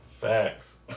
Facts